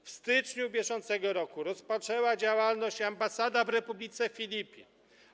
W styczniu br. rozpoczęła działalność ambasada w Republice Filipin.